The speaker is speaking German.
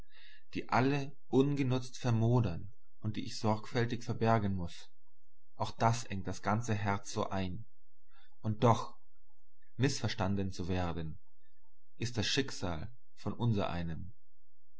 die alle ungenutzt vermodern und die ich sorgfältig verbergen muß ach das engt das ganze herz so ein und doch mißverstanden zu werden ist das schicksal von unsereinem